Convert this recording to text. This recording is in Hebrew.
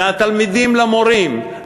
של התלמידים למורים,